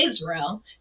Israel